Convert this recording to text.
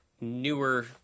newer